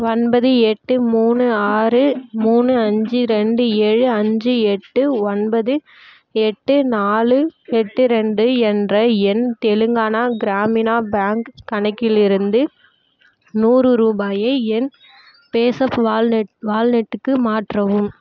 ஒன்பது எட்டு மூணு ஆறு மூணு அஞ்சு ரெண்டு ஏழு அஞ்சு எட்டு ஒன்பது எட்டு நாலு எட்டு ரெண்டு என்ற எண் தெலுங்கானா கிராமினா பேங்க் கணக்கிலிருந்து நூறு ரூபாயை என் ஃபேஸப் வால்நெட் வால்நெட்டுக்கு மாற்றவும்